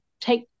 take